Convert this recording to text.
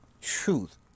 truth